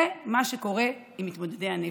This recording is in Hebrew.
זה מה שקורה עם מתמודדי הנפש.